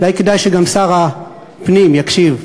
אולי כדאי שגם שר הפנים יקשיב.